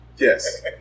Yes